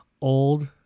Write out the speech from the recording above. old